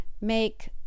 make